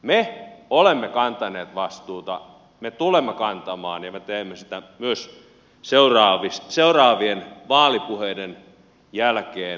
me olemme kantaneet vastuuta me tulemme kantamaan ja me teemme niin myös seuraavien vaalipuheiden jälkeen käytännössä